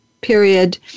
period